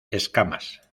escamas